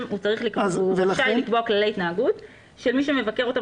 הוא רשאי לקבוע כללי התנהגות שמי שמבקר אותם